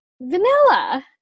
Vanilla